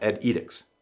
edicts